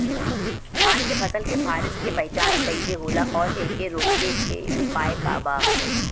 धान के फसल के फारेस्ट के पहचान कइसे होला और एके रोके के उपाय का बा?